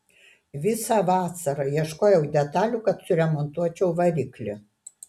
visą vasarą ieškojau detalių kad suremontuočiau variklį